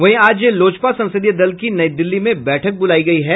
वहीं आज लोजपा संसदीय दल की नई दिल्ली में बैठक बुलाई गयी है